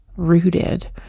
rooted